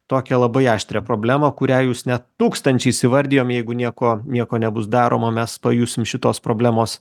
tokią labai aštrią problemą kurią jūs net tūkstančiais įvardijom jeigu nieko nieko nebus daroma mes pajusim šitos problemos